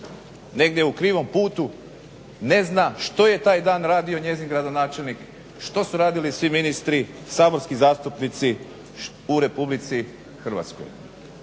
negdje u krivom putu ne zna što je taj dan radio njezin gradonačelnik, što su radili svi ministri, saborski zastupnici u RH.